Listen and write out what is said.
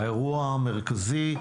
האירוע המרכזי,